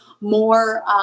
more